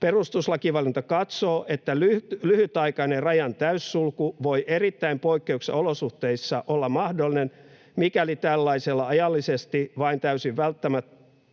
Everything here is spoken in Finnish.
Perustuslakivaliokunta katsoo, että lyhytaikainen rajan täyssulku voi erittäin poikkeuksellisissa olosuhteissa olla mahdollinen, mikäli tällaisella ajallisesti vain täysin välttämättömään